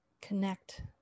connect